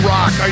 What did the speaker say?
Rock